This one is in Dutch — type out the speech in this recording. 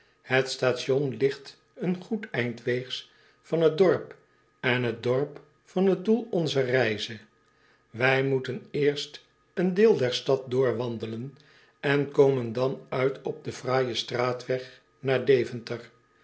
het station ligt een goed eind weegs van het dorp en het dorp van het doel onzer reize wij moeten eerst een deel der stad door wandelen en komen dan uit op den fraaijen straatweg naar deventer